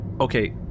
Okay